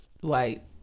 white